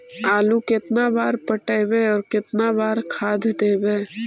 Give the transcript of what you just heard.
आलू केतना बार पटइबै और केतना बार खाद देबै?